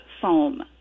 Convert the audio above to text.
foam